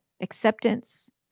acceptance